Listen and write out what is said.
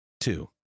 Two